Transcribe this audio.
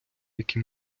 які